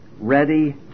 ready